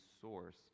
source